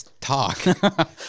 talk